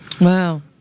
Wow